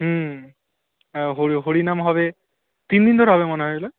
হুম হরি নাম হবে তিনদিন ধরে হবে মনে হয় ওগুলো